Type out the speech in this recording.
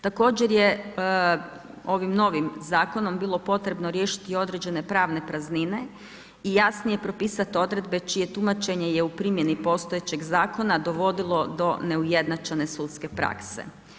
Također je ovim novim zakonom bilo potrebno riješiti i određene pravne praznine i jasnije propisati odredbe čije tumačenje je u primjeni postojećeg zakona dovodilo do neujednačene sudske prakse.